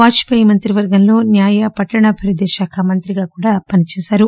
was పేయి మంత్రివర్గంలో న్యాయ పట్టణాభివృద్ది శాఖ మంత్రిగా పని చేశారు